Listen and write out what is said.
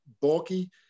bulky